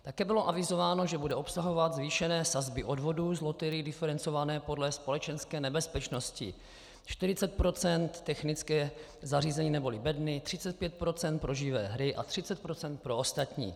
Také bylo avizováno, že bude obsahovat zvýšené sazby odvodů z loterií diferencované podle společenské nebezpečnosti 40 % technické zařízení neboli bedny, 35 % pro živé hry a 30 % pro ostatní.